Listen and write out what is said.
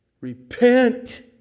Repent